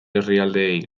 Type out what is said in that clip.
herrialdeei